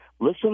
Listen